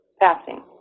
passing